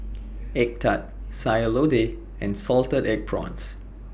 Egg Tart Sayur Lodeh and Salted Egg Prawns